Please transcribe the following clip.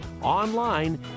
Online